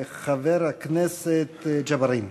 חבר הכנסת ג'בארין.